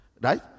Right